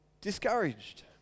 discouraged